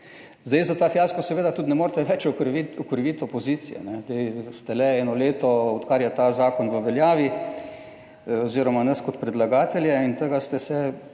Zdaj za ta fiasko seveda tudi ne morete več okriviti opozicije, zdaj ste le eno leto, odkar je ta zakon v veljavi oziroma nas kot predlagatelja in tega ste se,